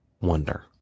wonder